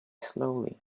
slowly